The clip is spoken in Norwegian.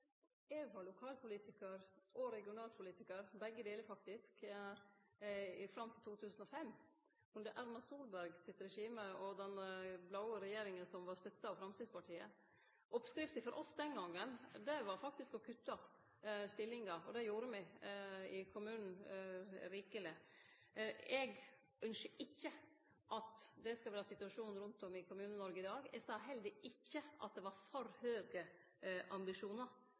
Eg var lokalpolitikar og regionalpolitikar, både delar faktisk, fram til 2005, under Erna Solbergs regime og den blå regjeringa som var støtta av Framstegspartiet. Oppskrifta for oss den gongen var faktisk å kutte stillingar, og det gjorde me i kommunen, rikeleg. Eg ynskjer ikkje at det skal vere situasjonen rundt om i Kommune-Noreg i dag. Eg sa heller ikkje at det var for høge ambisjonar.